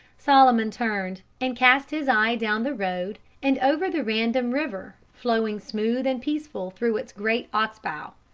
solomon turned, and cast his eye down the road and over the random river, flowing smooth and peaceful through its great ox-bow.